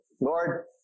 Lord